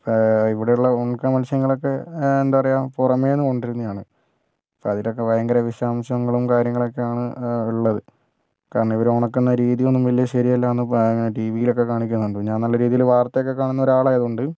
ഇപ്പം ഇവിടെയുള്ള ഉണക്ക മത്സ്യങ്ങളൊക്കെ എന്താ പറയുക പുറമേ നിന്നു കൊണ്ട് വരുന്നവയാണ് അപ്പോൾ അതിലൊക്കെ ഭയങ്കര വിഷാംശങ്ങളും കാര്യങ്ങളൊക്കെയാണ് ഉള്ളത് കാരണം ഇവര് ഉണക്കുന്ന രീതിയൊന്നും വലിയ ശരിയല്ല ന്ന് പാ ഞാ ടീവിലൊക്കെ കാണിക്കുന്നുണ്ട് ഞാൻ നല്ല രീതിയില് വർത്തയൊക്കെ കാണുന്ന ഒരാളായതുകൊണ്ട്